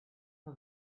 her